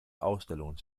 ausstellungen